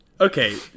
Okay